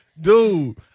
Dude